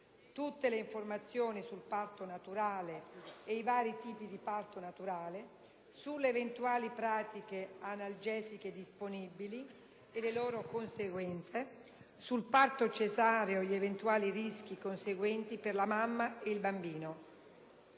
tutte le informazioni sul parto naturale e i vari tipi di parto naturale, sulle eventuali pratiche analgesiche disponibili e le loro conseguenze, sul parto cesareo e gli eventuali rischi conseguenti per la mamma e il bambino.